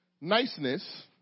niceness